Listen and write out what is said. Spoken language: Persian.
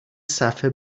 صفحه